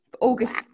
August